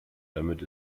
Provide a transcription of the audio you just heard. damit